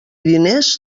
diners